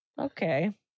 okay